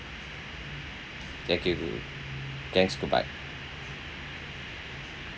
thank you thanks goodbye